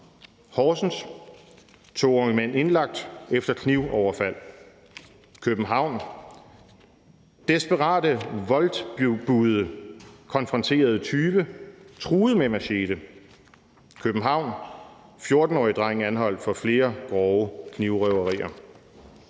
Horsens: »To unge mænd indlagt efter kniv-overfald«. København: »Desperate Wolt-bude konfronterer tyve: Truet med machete«. København: »14-årig dreng anholdt for flere grove knivrøverier«.